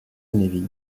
navy